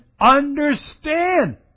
understand